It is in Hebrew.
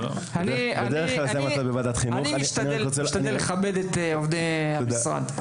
אני משתדל לכבד את עובדי המשרד.